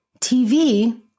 TV